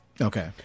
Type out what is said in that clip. Okay